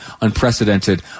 unprecedented